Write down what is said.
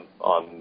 on